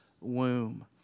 womb